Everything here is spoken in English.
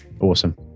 Awesome